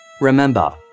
Remember